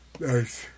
Nice